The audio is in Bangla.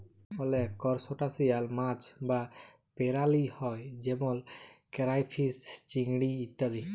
অলেক করসটাশিয়াল মাছ বা পেরালি হ্যয় যেমল কেরাইফিস, চিংড়ি ইত্যাদি